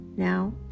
Now